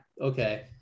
okay